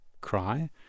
cry